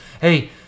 hey